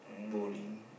bowling